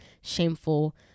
shameful